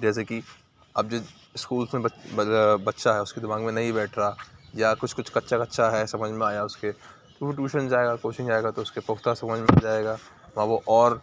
جیسے کہ اب اسکولس میں بچہ ہے اُس کے دماغ میں نہیں بیٹھ رہا یا کچھ کچھ کچا کچا ہے سمجھ میں آیا اُس کے تو وہ ٹیوشن جائے گا کوچنگ جائے گا تو اُس کے پختہ سمجھ میں آ جائے گا وہاں وہ اور